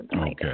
Okay